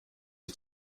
ich